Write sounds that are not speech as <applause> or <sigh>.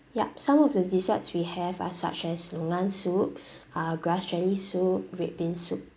yup some of the desserts we have are such as longan soup <breath> uh grass jelly soup red bean soup